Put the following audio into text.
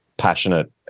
passionate